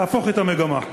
תהפוך את המגמה.